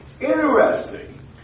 Interesting